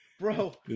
Bro